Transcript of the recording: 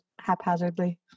haphazardly